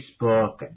Facebook